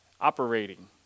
operating